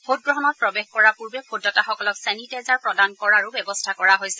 ভোটগ্ৰহণত প্ৰৱেশ কৰাৰ পূৰ্বে ভোটদাতাসকলক চেনিটাইজাৰ প্ৰদান কৰাৰো ব্যৱস্থা কৰা হৈছে